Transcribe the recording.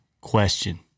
question